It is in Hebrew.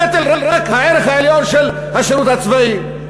הנטל הוא רק הערך העליון של השירות הצבאי.